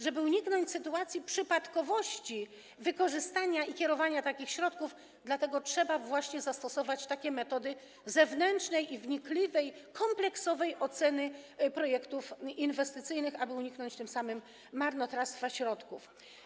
Żeby uniknąć sytuacji przypadkowości wykorzystania i kierowania takich środków, trzeba właśnie zastosować metody zewnętrznej i wnikliwej kompleksowej oceny projektów inwestycyjnych, aby tym samym uniknąć marnotrawstwa środków.